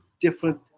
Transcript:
Different